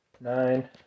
Nine